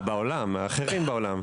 בעולם, אחרים בעולם.